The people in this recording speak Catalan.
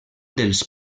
dels